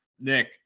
Nick